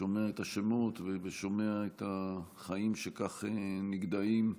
שומע את השמות ושומע על החיים שכך נגדעים.